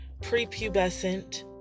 prepubescent